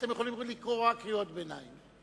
אתם יכולים רק לקרוא קריאות ביניים.